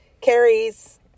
Carries